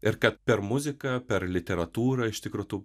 ir kad per muziką per literatūrą iš tikro tu